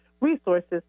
resources